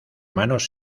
manos